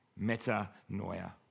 Metanoia